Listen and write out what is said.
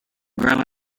grandma